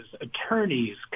attorneys